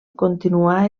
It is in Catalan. continuà